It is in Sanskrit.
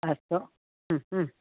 अस्तु